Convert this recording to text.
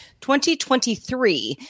2023